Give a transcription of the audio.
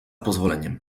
pozwoleniem